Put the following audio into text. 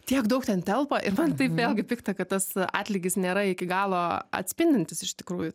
tiek daug ten telpa ir man taip vėlgi pikta kad tas atlygis nėra iki galo atspindintis iš tikrųjų